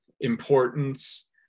importance